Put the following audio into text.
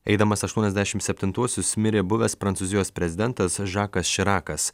eidamas aštuoniasdešim septintuosius mirė buvęs prancūzijos prezidentas žakas širakas